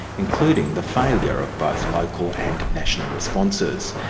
including the failure of both local and national responses.